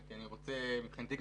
מבחינתי,